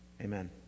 Amen